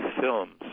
films